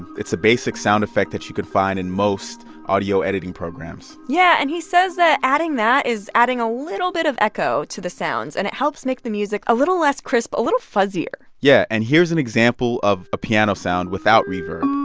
it's a basic sound effect that you could find in most audio editing programs yeah. and he says that adding that is adding a little bit of echo to the sounds. and it helps make the music a little less crisp, a little fuzzier yeah. and here's an example of a piano sound without reverb